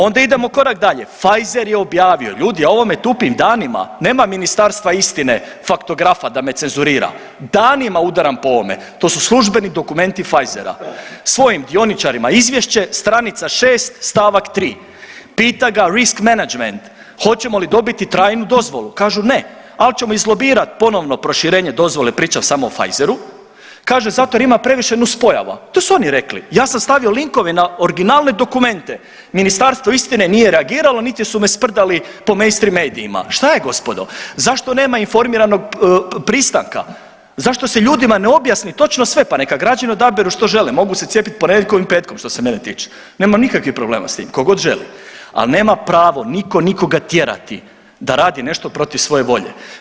Onda idemo korak dalje Pfizer je objavio, ljudi ja o ovome tupim danima, nema ministarstva istine faktografa da me cenzurira, danima udaram po ovome, to su službeni dokumenti Pfizera, svojim dioničarima izvješće, stranica 6, st. 3. pita ga… [[Govornik se ne razumije]] hoćemo li dobiti trajnu dozvolu, kažu ne, al ćemo izlobirat ponovno proširenje dozvole, priča samo o Pfizeru, kaže zato jer ima previše nus pojava, to su oni rekli, ja sam stavio linkove na originalne dokumente, ministarstvo istine nije reagiralo, niti su me sprdali po mainstream medijima, šta je gospodo, zašto nema informiranog pristanka, zašto se ljudima ne objasni točno sve, pa neka građani odaberu što žele, mogu se cijepiti ponedjeljkom i petkom što se mene tiče, nemam nikakvih problema s tim, ko god želi, al nema pravo niko nikoga tjerati da radi nešto protiv svoje volje.